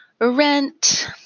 rent